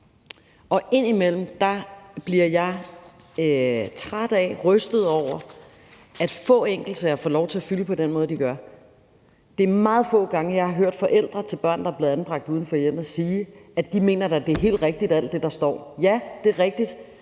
og indimellem bliver jeg træt af, rystet over, at få enkeltsager får lov til at fylde på den måde, som de gør. Det er meget få gange, jeg har hørt forældre til børn, der er blevet anbragt uden for hjemmet, sige, at de mener, at alt det, der står, er helt rigtigt. Ja, det er rigtigt,